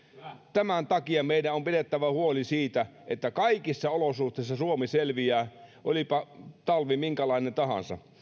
tämän takia meidän on pidettävä huoli siitä että kaikissa olosuhteissa suomi selviää olipa talvi minkälainen tahansa